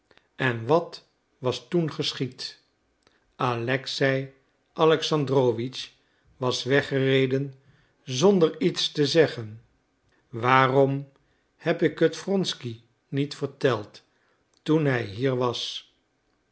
en wat was toen geschied alexei alexandrowitsch was weggereden zonder iets te zeggen waarom heb ik het wronsky niet verteld toen hij hier was